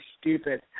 stupid